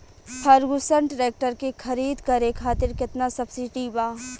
Ferguson tractor के खरीद करे खातिर केतना सब्सिडी बा?